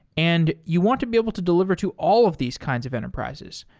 and you want to be able to deliver to all of these kinds of enterprises.